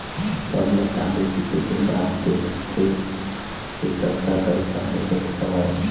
सब ल काटे कुटे के बाद देखथे के कतका पइसा बचत हवय